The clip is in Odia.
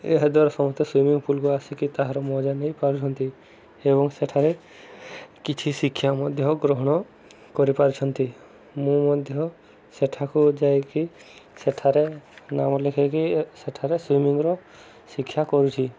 ଏହାଦ୍ୱାରା ସମସ୍ତେ ସୁଇମିଂ ପୁଲ୍କୁ ଆସିକି ତାହାର ମଜା ନେଇ ପାରୁଛନ୍ତି ଏବଂ ସେଠାରେ କିଛି ଶିକ୍ଷା ମଧ୍ୟ ଗ୍ରହଣ କରିପାରୁଛନ୍ତି ମୁଁ ମଧ୍ୟ ସେଠାକୁ ଯାଇକି ସେଠାରେ ନାମ ଲେଖେଇକି ସେଠାରେ ସୁଇିମିଂର ଶିକ୍ଷା କରୁଛି